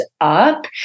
up